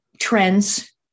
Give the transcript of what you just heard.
trends